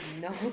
no